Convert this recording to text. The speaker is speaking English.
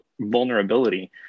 vulnerability